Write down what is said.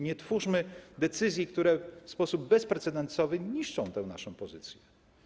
Nie podejmujmy decyzji, które w sposób bezprecedensowy niszczą tę naszą pozycję.